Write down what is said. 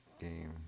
game